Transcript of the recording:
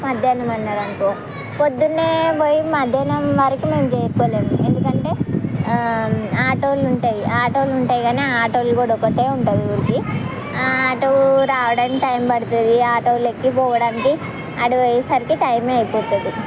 మధ్యాహ్నం అన్నారు అనుకో పొద్దున్న పోయి మధ్యాహ్నం వరకు మేము చేరుకోలేము ఎందుకంటే ఆటోలు ఉంటాయి ఆటోలు ఉంటాయి కానీ ఆ ఆటోలు కూడా ఒకటే ఉంటుంది ఊరికి ఆ ఆటో రావడానికి టైం పడుతుంది ఆటో ఎక్కి పోవడానికి ఆడకి పోయేసరికి టైం అయిపోతుంది